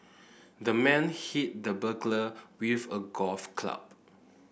the man hit the burglar with a golf club